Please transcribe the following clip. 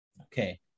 Okay